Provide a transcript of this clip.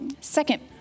second